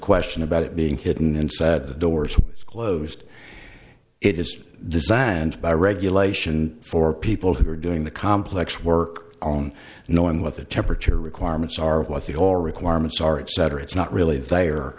question about it being hidden inside the doors was closed it is designed by regulation for people who are doing the complex work on knowing what the temperature requirements are what the oil requirements are etc it's not really th